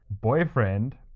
boyfriend